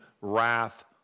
Wrath